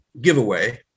giveaway